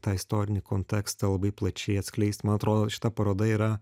tą istorinį kontekstą labai plačiai atskleisti man atrodo šita paroda yra